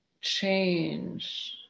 change